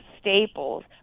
staples